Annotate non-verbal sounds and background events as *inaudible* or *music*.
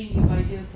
*noise*